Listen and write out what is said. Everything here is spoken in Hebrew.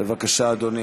בבקשה, אדוני.